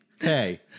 Hey